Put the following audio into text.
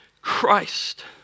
Christ